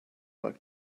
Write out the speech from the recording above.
like